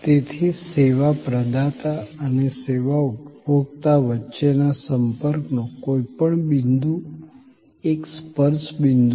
તેથી સેવા પ્રદાતા અને સેવા ઉપભોક્તા વચ્ચેના સંપર્કનો કોઈપણ બિંદુ એક સ્પર્શ બિંદુ છે